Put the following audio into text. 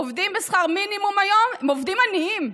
עובדים בשכר מינימום היום הם עובדים עניים.